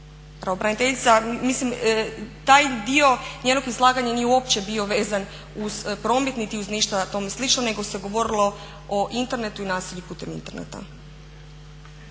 u prometu. Mislim taj dio njenog izlaganje nije uopće bio vezan niti uz promet niti uz ništa tome slično nego se govorilo o internetu i nasilju putem interneta.